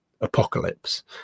apocalypse